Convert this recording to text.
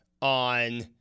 on